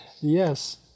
Yes